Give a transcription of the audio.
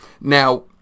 now